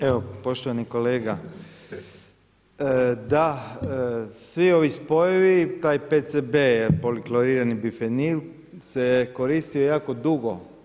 Evo poštovani kolega, da svi ovi spojevi taj PCB je poliklorirani bifenil se koristio jako dugo.